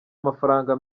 amafaranga